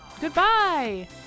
Goodbye